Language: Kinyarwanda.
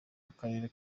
akarere